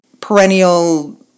perennial